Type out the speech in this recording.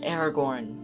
Aragorn